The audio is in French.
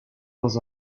dans